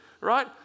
right